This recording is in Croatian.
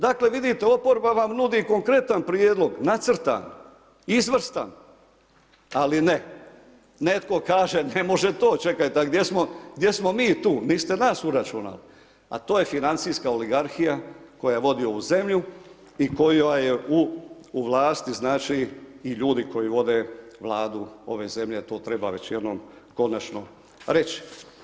Dakle vidite oporba vam nudi konkretan prijedlog, nacrtan, izvrstan ali ne, netko kaže ne može to, čekajte a gdje smo mi tu, niste nas uračunali a to je financijska oligarhija koja vodi ovu zemlju i koja je u vlasti znači i ljudi koji vode Vladu ove zemlje, to treba već jednom konačno reći.